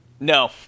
No